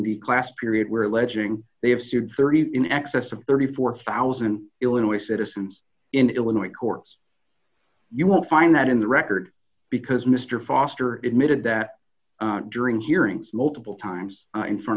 the class period where alleging they have sued thirty in excess of thirty four thousand illinois citizens in illinois course you will find that in the record because mr foster admitted that during hearings multiple times in front